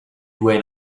due